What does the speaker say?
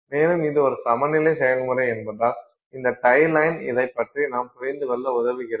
மேலும் இது ஒரு சமநிலை செயல்முறை என்பதால் இந்த டை லைன் இதைப் பற்றி நாம் புரிந்து கொள்ள உதவுகிறது